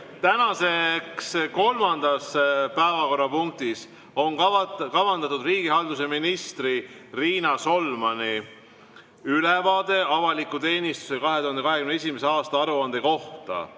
Tänases kolmandas päevakorrapunktis on kavandatud riigihalduse ministri Riina Solmani ülevaade avaliku teenistuse 2021. aasta aruandest.